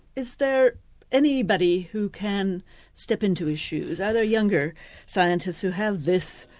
is there anybody who can step into his shoes? are there younger scientists who have this.